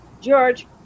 George